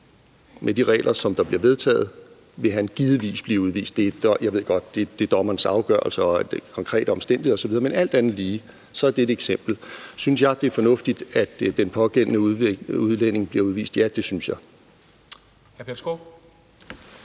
Med de regler, der bliver vedtaget, vil han givetvis blive udvist; jeg ved godt, det er dommernes afgørelse ud fra den konkrete omstændighed osv., men alt andet lige er det et eksempel. Synes jeg, det er fornuftigt, at den pågældende udlænding bliver udvist? Ja, det synes jeg.